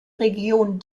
region